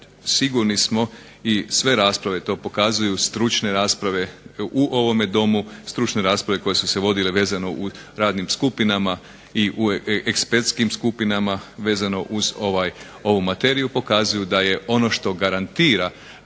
sigurni smo i sve rasprave to pokazuju, stručne rasprave u ovome Domu, stručne rasprave koje su se vodile vezano u radnim skupinama i u ekespertskim skupinama vezano uz ovu materiju pokazuje da je ono što garantira